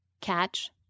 catch